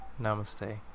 Namaste